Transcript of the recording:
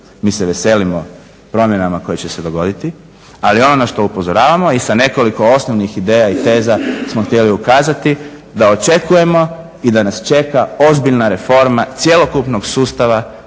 Mi se veselimo promjenama koje će se dogoditi. Ali ono što upozoravamo i sa nekoliko osnovnih ideja i teza smo htjeli ukazati da očekujemo i da nas čeka ozbiljna reforma cjelokupnog sustava